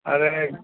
અરે